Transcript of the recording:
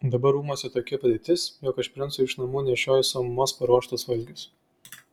dabar rūmuose tokia padėtis jog aš princui iš namų nešioju savo mamos paruoštus valgius